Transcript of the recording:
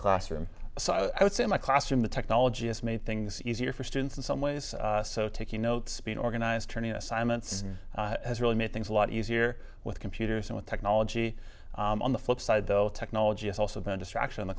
classroom so i would say in my classroom the technology has made things easier for students in some ways so taking note speed organize turning assignments has really made things a lot easier with computers and with technology on the flip side though technology has also been a distraction in the